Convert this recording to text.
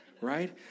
right